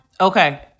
okay